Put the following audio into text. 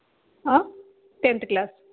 tenth class